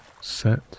set